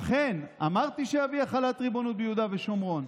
אכן, אמרתי שאביא החלת ריבונות ביהודה ושומרון,